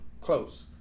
close